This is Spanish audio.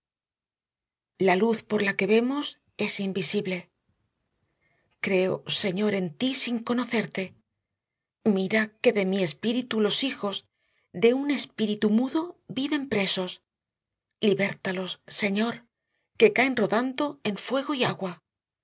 la luz por la que vemos es invisible creo señor en ti sin conocerte mira que de mí espíritu los hijos de un espíritu mudo viven presos libértalos señor que caen rodando en fuego y agua